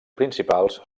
principals